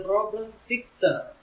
അത് പ്രോബ്ലം 6 ആണ്